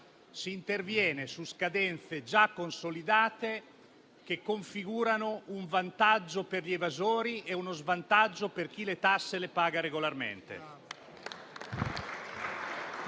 si interviene su scadenze già consolidate, configurando un vantaggio per gli evasori e uno svantaggio per chi le tasse le paga regolarmente.